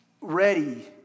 ready